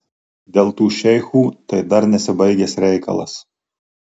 dėl tų šeichų tai dar nesibaigęs reikalas